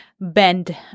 bend